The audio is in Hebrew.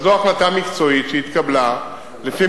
זה לא יפחית.